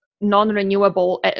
non-renewable